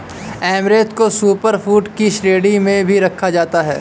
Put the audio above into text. amaranth को super food की श्रेणी में भी रखा जाता है